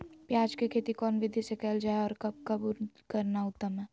प्याज के खेती कौन विधि से कैल जा है, और कब करना उत्तम है?